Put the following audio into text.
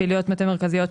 פעילויות מטה מרכזיות,